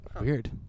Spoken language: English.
Weird